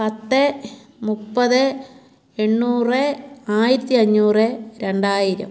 പത്ത് മുപ്പത് എണ്ണൂറ് ആയിരത്തി അഞ്ഞൂറ് രണ്ടായിരം